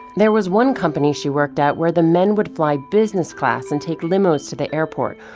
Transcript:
there was one company she worked at where the men would f ly business class and take limos to the airport,